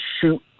shoot